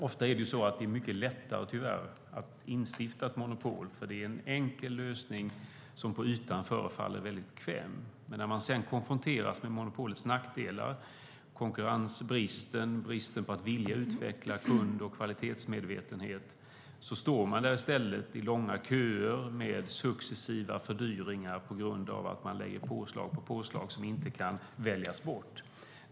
Ofta är det tyvärr mycket lättare att instifta ett monopol, för det är en enkel lösning som på ytan förefaller väldigt bekväm. Men när man sedan konfronteras med monopolets nackdelar, som konkurrensbristen och bristen på vilja att utveckla kund och kvalitetsmedvetenhet, är det i stället långa köer med successiva fördyringar på grund av att det läggs påslag på påslag som man inte kan välja bort.